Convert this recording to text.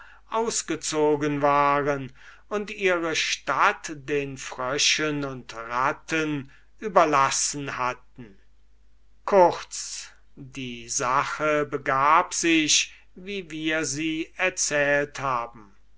ausgezogen waren und ihre stadt den fröschen und ratten überlassen hatten kurz die sache begab sich wie wir sie erzählt haben